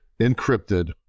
encrypted